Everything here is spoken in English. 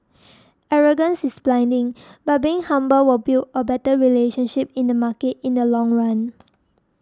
arrogance is blinding but being humble will build a better relationship in the market in the long run